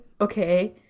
okay